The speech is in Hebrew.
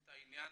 את עניין